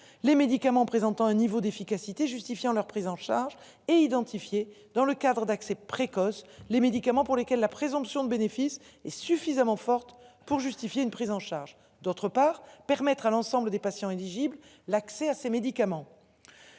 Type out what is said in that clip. les médicaments présentant un niveau d'efficacité justifiant leur prise en charge et identifié dans le cadre d'accès précoce. Les médicaments pour lesquels la présomption de bénéfices et suffisamment forte pour justifier une prise en charge. D'autre part permettre à l'ensemble des patients éligibles. L'accès à ces médicaments.